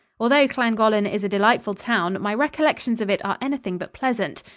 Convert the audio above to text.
although llangollen is a delightful town, my recollections of it are anything but pleasant.